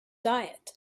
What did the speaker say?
diet